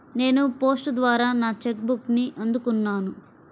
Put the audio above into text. నేను పోస్ట్ ద్వారా నా చెక్ బుక్ని అందుకున్నాను